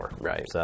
Right